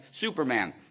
Superman